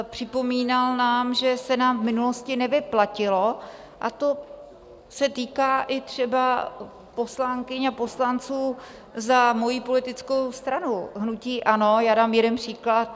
Připomínal nám, že se nám v minulosti nevyplatilo a to se týká i třeba poslankyň a poslanců za mojí politickou stranu, hnutí ANO, já dám jeden příklad.